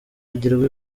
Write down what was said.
agirwa